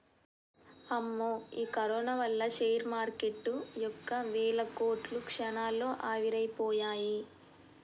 అమ్మో ఈ కరోనా వల్ల షేర్ మార్కెటు యొక్క వేల కోట్లు క్షణాల్లో ఆవిరైపోయాయి